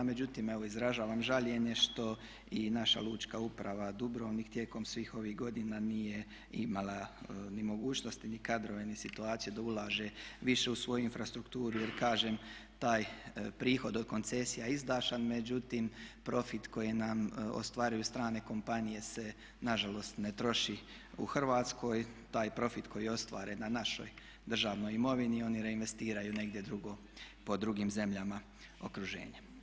Međutim, evo izražavam žaljenje što i naša Lučka uprava Dubrovnik tijekom svih ovih godina nije imala ni mogućnosti ni kadrove ni situaciju da ulaže više u svoju infrastrukturu jer kažem taj prihod od koncesija je izdašan međutim profit koji nam ostvaruju strane kompanije se nažalost ne troši u Hrvatskoj, taj profit koji ostvare na našoj državnoj imovini oni reinvestiraju negdje drugo po drugim zemljama okruženja.